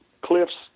cliffs